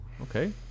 okay